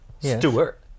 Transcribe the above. Stewart